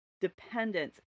dependence